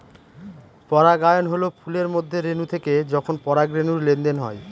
পরাগায়ন হল ফুলের মধ্যে রেনু থেকে যখন পরাগরেনুর লেনদেন হয়